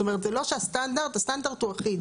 זאת אומרת, זה לא שהסטנדרט, הסטנדרט הוא אחיד.